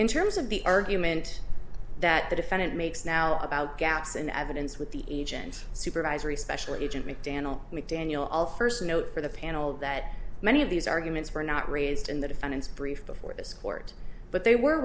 in terms of the argument that the defendant makes now about gaps in evidence with the agent supervisory special agent mcdaniel mcdaniel all first a note for the panel that many of these arguments were not raised in the defendant's brief before this coup art but they were